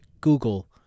google